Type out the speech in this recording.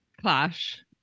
clash